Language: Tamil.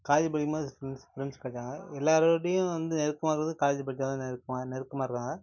காலேஜ் படிக்கும்போது ஃப்ரெண்ட்ஸ் ஃப்ரெண்ட்ஸ் கிடச்சாங்க எல்லாேரோடையும் வந்து நெருக்கமாக இருக்கிறது காலேஜு படித்தவங்க தான் நெருக்கமாக நெருக்கமாக இருக்காங்க